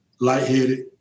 Lightheaded